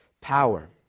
power